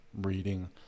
reading